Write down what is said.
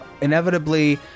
inevitably